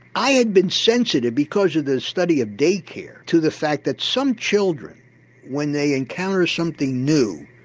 i had been sensitive because of the study of day care to the fact that some children when they encounter something new,